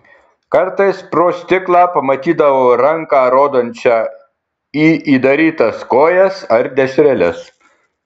kartais pro stiklą pamatydavau ranką rodančią į įdarytas kojas ar dešreles